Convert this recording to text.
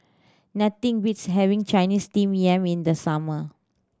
nothing beats having Chinese Steamed Yam in the summer